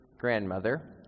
grandmother